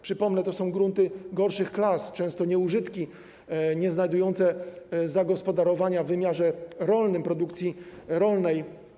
Przypomnę, że to są grunty gorszych klas, często nieużytki, nieznajdujące zagospodarowania w wymiarze rolnym, produkcji rolnej.